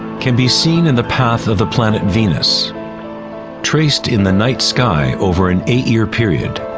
can be seen in the path of the planet venus traced in the night sky over an eight year period.